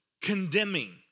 condemning